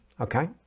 Okay